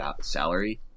salary